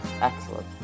Excellent